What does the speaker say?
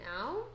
now